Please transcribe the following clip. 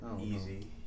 Easy